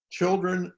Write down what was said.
Children